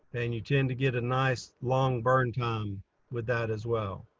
and you tend to get a nice long burn time with that as well.